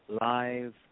live